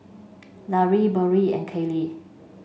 Larae Burrell and Kailey